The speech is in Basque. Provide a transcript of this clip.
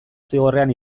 zigorrean